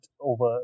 over